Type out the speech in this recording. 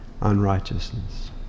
Unrighteousness